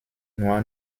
nur